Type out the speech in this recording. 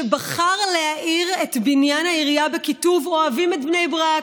שבחר להאיר את בניין העירייה בכיתוב "אוהבים את בני ברק",